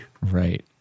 Right